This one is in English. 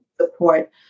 support